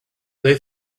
they